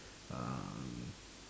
um